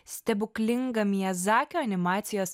stebuklingą miazakio animacijos